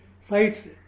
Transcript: sites